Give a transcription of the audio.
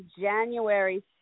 January